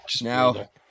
now